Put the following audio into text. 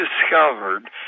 discovered